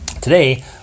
Today